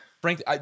Frank